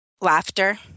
Laughter